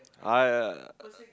I uh